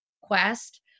quest